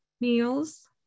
meals